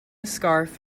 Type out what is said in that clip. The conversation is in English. scarf